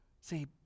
See